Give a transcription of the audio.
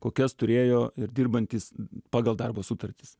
kokias turėjo ir dirbantys pagal darbo sutartis